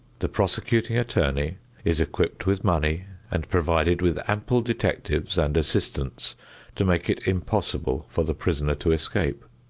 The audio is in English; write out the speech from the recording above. the prosecuting attorney is equipped with money and provided with ample detectives and assistants to make it impossible for the prisoner to escape.